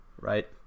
right